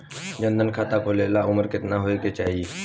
जन धन खाता खोले ला उमर केतना होए के चाही?